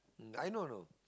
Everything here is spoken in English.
mm I know know